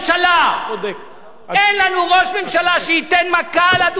אין לנו ראש ממשלה שייתן מכה על הדוכן,